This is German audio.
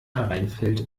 hereinfällt